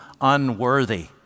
unworthy